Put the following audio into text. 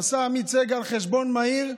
עשה עמית סגל חשבון מהיר,